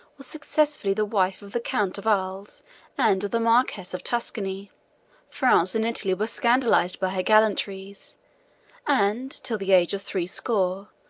was successively the wife of the count of arles and of the marquis of tuscany france and italy were scandalized by her gallantries and, till the age of threescore,